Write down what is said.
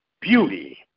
beauty